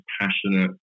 passionate